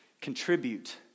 Contribute